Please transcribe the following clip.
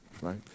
right